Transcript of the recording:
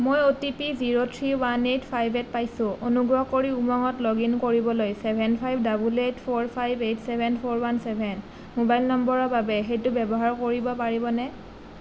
মই OTP zero three one eight five eight পাইছোঁ অনুগ্ৰহ কৰি উমংগত লগ ইন কৰিবলৈ seven five double eight four five eight seven four one seven mobile নম্বৰৰ বাবে সেইটো ব্যৱহাৰ কৰিব পাৰিবনে